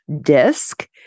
disc